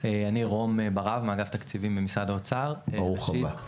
אז ברוך הבא רום.